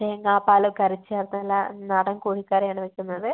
തേങ്ങാ പാലൊക്കെ അരച്ച് ചേർത്ത് നല്ല നാടൻ കോഴിക്കറി ആണ് വെക്കുന്നത്